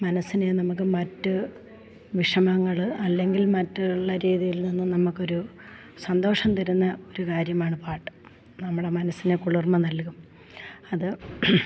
മനസ്സിനെ നമുക്ക് മറ്റു വിഷമങ്ങൾ അല്ലെങ്കിൽ മറ്റുള്ള രീതിയിൽ നിന്നും നമുക്ക് ഒരു സന്തോഷം തരുന്ന ഒരു കാര്യമാണ് പാട്ട് നമ്മുടെ മനസ്സിന് കുളിർമ നൽകും അത്